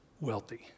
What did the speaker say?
wealthy